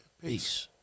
Peace